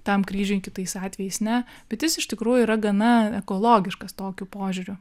tam kryžiui kitais atvejais ne bet jis iš tikrųjų yra gana ekologiškas tokiu požiūriu